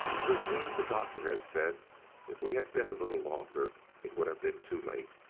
for it seems the doctor had said if we had been a little longer it would have been too late.